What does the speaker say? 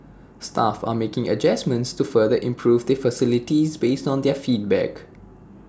staff are making adjustments to further improve the facilities based on their feedback